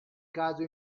caso